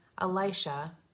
Elisha